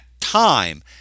time